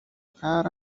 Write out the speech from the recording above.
قهر